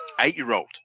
Eight-year-old